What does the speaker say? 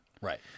Right